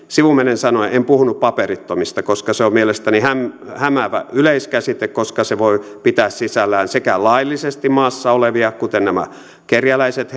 sivumennen sanoen en puhunut paperittomista koska se on mielestäni hämäävä yleiskäsite koska se voi pitää sisällään sekä laillisesti maassa olevia kuten nämä kerjäläiset